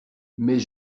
mais